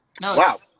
Wow